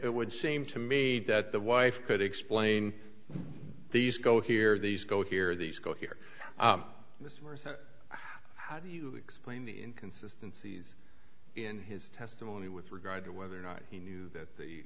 it would seem to me that the wife could explain these go here these go here these go here how do you explain the inconsistency in his testimony with regard to whether or not he knew that the